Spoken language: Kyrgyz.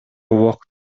убакыт